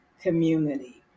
community